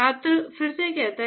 छात्र सर अगर